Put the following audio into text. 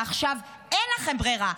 ועכשיו אין לכם ברירה,